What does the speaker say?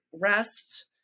rest